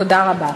תודה רבה.